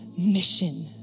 mission